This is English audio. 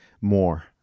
more